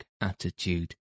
attitude